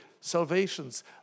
salvations